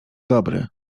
dobry